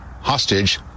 hostage